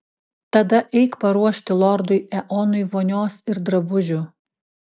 tada eik paruošti lordui eonui vonios ir drabužių